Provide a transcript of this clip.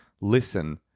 listen